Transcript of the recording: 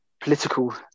political